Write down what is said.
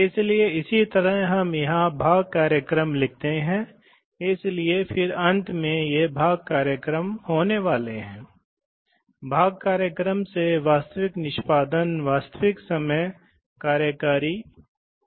इसलिए इस तरह के अनुप्रयोग में कभी कभी यदि यदि नियंत्रण लॉजिक जटिलता बहुत अधिक नहीं है तो एक न्यूमेटिक्स लॉजिक का उपयोग किया जाता है